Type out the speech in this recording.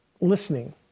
listening